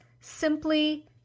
simply